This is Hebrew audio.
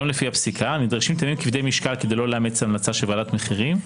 לפי הפסיקה נדרשים טיעונים כבדי משקל כדי לא לאמץ המלצה של ועדת מחירים.